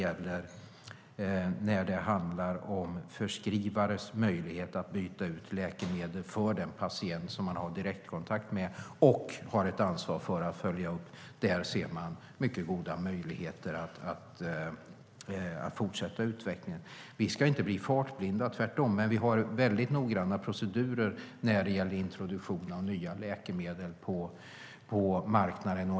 Däremot när det handlar om förskrivares möjlighet att byta ut läkemedel för den patient som han eller hon har direkt kontakt med och har ett ansvar för att följa upp ser man mycket goda möjligheter att fortsätta utvecklingen. Vi ska inte bli fartblinda, tvärtom. Men vi har väldigt noggranna procedurer när det gäller introduktion av nya läkemedel på marknaden.